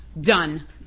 done